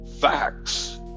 facts